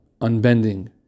unbending